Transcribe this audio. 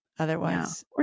Otherwise